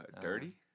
dirty